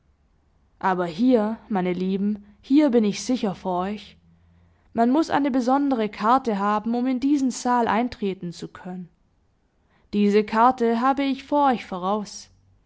aber hier meine lieben hier bin ich sicher vor euch man muß eine besondere karte haben um in diesen saal eintreten zu können diese karte habe ich vor euch voraus